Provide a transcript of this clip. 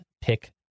pick